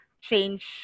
change